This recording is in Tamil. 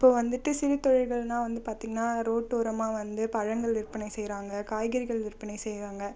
இப்போ வந்துட்டு சிறுத்தொழில்களென்னா வந்து பார்த்திங்கன்னா ரோட்டோரமாக வந்து பழங்கள் விற்பனை செய்கிறாங்க காய்கறிகள் விற்பனை செய்கிறாங்க